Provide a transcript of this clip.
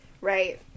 Right